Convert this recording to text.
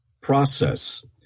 process